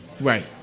Right